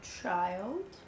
Child